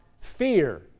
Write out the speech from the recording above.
fear